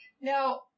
Now